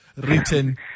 written